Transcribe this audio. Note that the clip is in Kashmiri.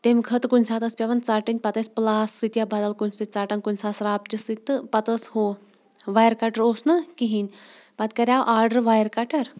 تَمہِ خٲطرٕ کُنہِ ساتہٕ ٲس پیٚوان ژٹٕنۍ پتہٕ ٲسۍ پٕلاس سۭتۍ یا بدل کُنہِ سۭتۍ ژٹان کُنہِ ساتہٕ سراپچہِ سۭتۍ پَتہٕ ٲس ہُو وایر کَٹَر اوس نہٕ کِہیٖنۍ پَتہٕ کَریٛاو آرڈَر وایَر کَٹَر